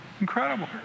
incredible